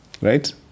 right